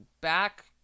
back